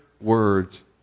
words